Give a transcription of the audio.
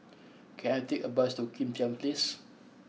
can I take a bus to Kim Tian Place